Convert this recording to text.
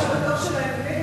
במפורש בדוח שלהם נגד,